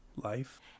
life